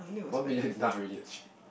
one million enough already actually